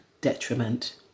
detriment